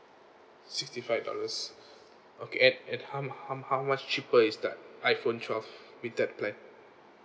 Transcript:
sixty five dollars okay and and how how how much cheaper is that iPhone twelve with that plan